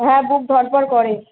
হ্যাঁ বুক ধরফর করে